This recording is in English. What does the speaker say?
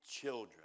children